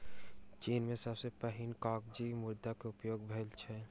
चीन में सबसे पहिने कागज़ी मुद्रा के उपयोग भेल छल